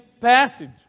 passage